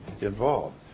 involved